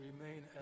remain